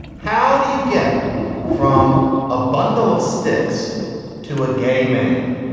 how do you get from a bundle of sticks to a gay man?